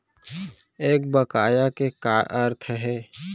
एक बकाया के का अर्थ हे?